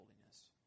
holiness